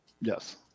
Yes